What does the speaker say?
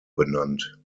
benannt